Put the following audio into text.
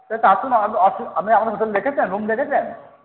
ঠিক আছে আসুন আপনি আপনি হোটেল দেখেছেন রুম দেখেছেন